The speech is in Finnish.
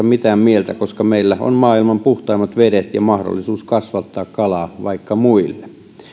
mitään mieltä koska meillä on maailman puhtaimmat vedet ja mahdollisuus kasvattaa kalaa vaikka muille